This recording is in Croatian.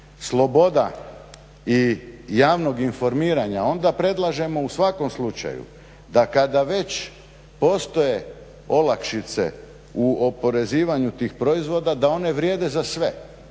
sloboda i javnog informiranja onda predlažemo u svakom slučaju da kada već postoje olakšice u oporezivanju tih proizvoda da one vrijede za sve.